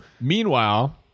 Meanwhile